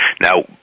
Now